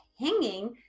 hanging